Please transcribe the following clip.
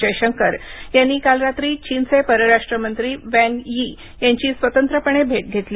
जयशंकर यांनी काल रात्री चीनचे परराष्ट्र मंत्री वँग यी यांची स्वतंत्रपणे भेट घेतली